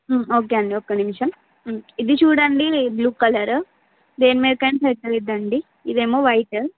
okay అండి ఒక్క నిమిషం ఇది చూడండి బ్లూ కలర్ దేని మీదికైనా సెట్ అవుతుందండి ఇదేమో వైట్